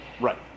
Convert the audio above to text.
Right